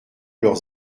leurs